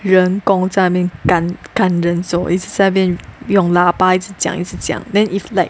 员工在那边赶赶人走一直在那边用喇叭一直讲一直讲 then it's like